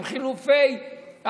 עם חילופי,